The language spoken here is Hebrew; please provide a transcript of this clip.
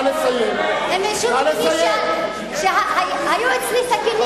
הם האשימו אותי שהיו אצלי סכינים.